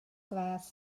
gradd